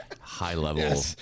high-level